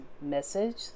message